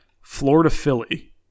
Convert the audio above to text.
Florida-Philly